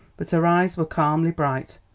but her eyes were calmly bright.